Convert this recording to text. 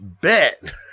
Bet